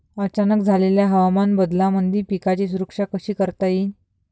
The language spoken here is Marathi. अचानक झालेल्या हवामान बदलामंदी पिकाची सुरक्षा कशी करता येईन?